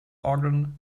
organ